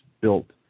built